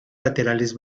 laterales